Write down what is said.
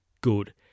Good